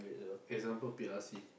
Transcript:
example P_R_C